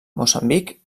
moçambic